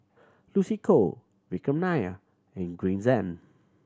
Lucy Koh Vikram Nair and Green Zeng